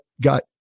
got